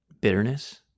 bitterness